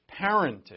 parenting